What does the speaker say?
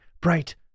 bright